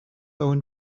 own